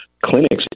clinics